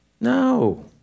No